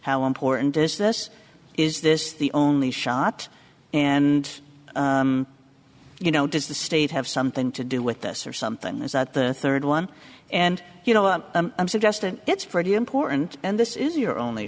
how important is this is this the only shot and you know does the state have something to do with this or something that the third one and you know i'm suggesting it's pretty important and this is your only